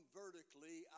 vertically